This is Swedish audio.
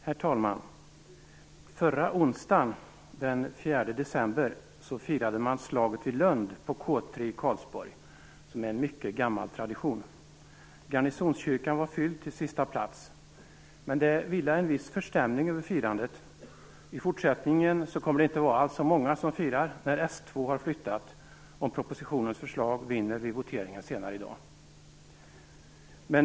Herr talman! Förra onsdagen, den 4 december, firades slaget vid Lund på K 3 i Karlsborg. Detta är en mycket gammal tradition. Garnisonskyrkan var fylld till sista plats, men det vilade en viss förstämning över firandet. I fortsättningen kommer det inte alls att vara så många som firar. Om propositionens förslag vinner vid voteringen senare i dag flyttas ju S 2.